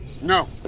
No